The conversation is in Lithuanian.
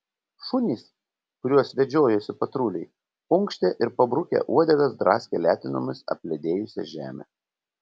šunys kuriuos vedžiojosi patruliai unkštė ir pabrukę uodegas draskė letenomis apledėjusią žemę